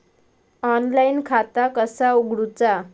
Online खाता कसा उगडूचा?